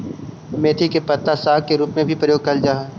मेथी के पत्ता साग के रूप में भी प्रयोग कैल जा हइ